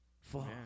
Fuck